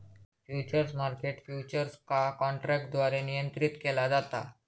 futures market futures का काँट्रॅकद्वारे नियंत्रीत केला जाता